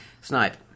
Snipe